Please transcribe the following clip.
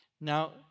Now